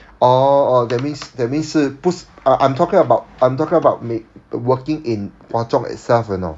orh orh that means that means 是不 uh I I'm talking about I'm talking about 你 working in hwa chong itself you know